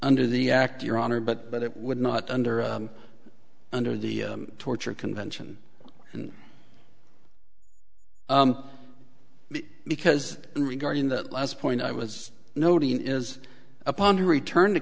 under the act your honor but that it would not under under the torture convention and because regarding that last point i was noting is upon her return to